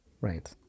Right